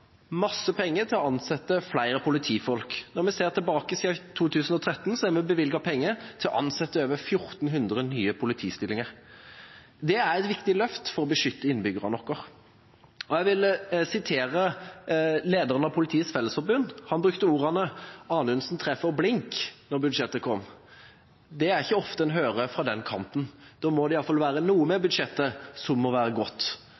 masse penger til å ansette flere politifolk. Når vi ser tilbake, har vi siden 2013 bevilget penger til over 1 400 nye politistillinger. Det er et viktig løft for å beskytte innbyggerne våre. Jeg vil sitere lederen av Politiets Fellesforbund, som brukte ordene «Anundsen treffer blink» da budsjettet kom. Det er ikke ofte en hører fra den kanten. Da må det i hvert fall være noe med budsjettet som er godt.